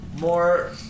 more